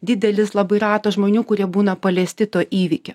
didelis labai ratas žmonių kurie būna paliesti to įvykio